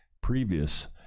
previous